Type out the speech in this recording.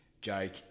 Jake